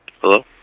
Hello